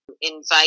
invite